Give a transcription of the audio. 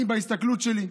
אני, בהסתכלות שלי.